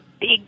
big